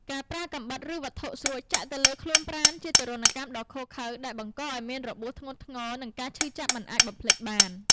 ការប្រើកាំបិតឬវត្ថុស្រួចចាក់ទៅលើខ្លួនប្រាណជាទារុណកម្មដ៏ឃោរឃៅដែលបង្កឱ្យមានរបួសធ្ងន់ធ្ងរនិងការឈឺចាប់មិនអាចបំភ្លេចបាន។